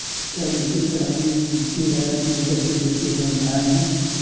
क्या वित्तीय प्रणाली वित्तीय बाजार में उपस्थित वित्तीय संस्थाएं है?